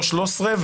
לא 13,